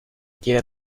tiene